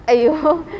!aiyo!